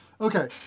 Okay